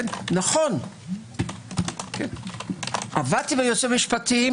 נכון, עבדתי עם יועצים משפטיים.